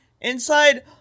Inside